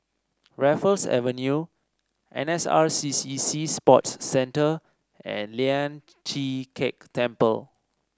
Raffles Avenue N S R C C Sea Sports Centre and Lian Chee Kek Temple